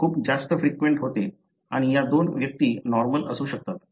हे खूप जास्त फ्रिक्वेंट होते आणि या 2 व्यक्ती नॉर्मल असू शकतात